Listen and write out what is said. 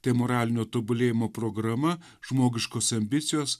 tai moralinio tobulėjimo programa žmogiškos ambicijos